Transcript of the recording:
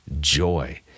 joy